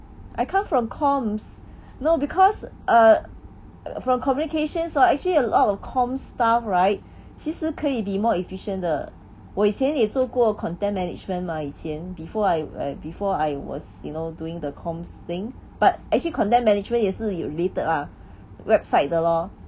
I come from comms no because uh from communications ah actually a lot of communications staff right 其实可以 be more efficient 的我以前也做过 content management 嘛以前 before I I before I was you know doing the communications thing but actually content management 也是有 leave 的啊 website 的 lor